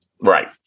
Right